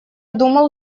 думал